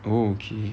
oh okay